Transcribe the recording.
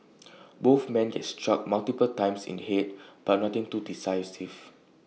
both man get struck multiple times in Head but nothing too decisive